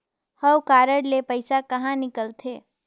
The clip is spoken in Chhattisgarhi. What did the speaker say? हव कारड ले पइसा कहा निकलथे?